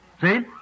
See